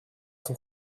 son